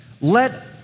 Let